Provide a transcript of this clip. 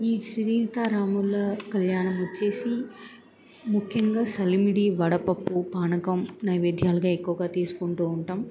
ఈ సీత రాముల కళ్యాణం వచ్చేసి ముఖ్యంగా సలివిడి వడపప్పు పానకం నైవేద్యాలుగా ఎక్కువగా తీసుకుంటూ ఉంటాం